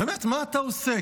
באמת, מה אתה עושה?